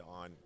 on